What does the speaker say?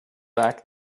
back